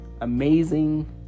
amazing